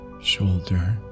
shoulder